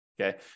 Okay